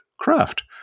craft